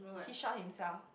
he shot himself